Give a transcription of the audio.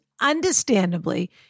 understandably